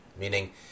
meaning